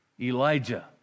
Elijah